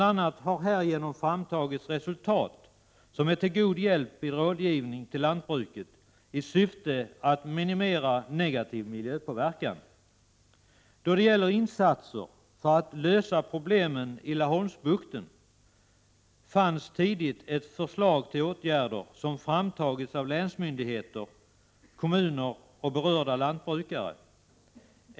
a. har härigenom framtagits resultat, som är till god hjälp vid rådgivning till lantbruket i syfte att minimera negativ miljöpåverkan. Då det gäller insatser för att lösa problemen i Laholmsbukten fanns tidigt ett förslag till åtgärder som framtagits av länsmyndigheter, kommuner och berörda lantbrukare.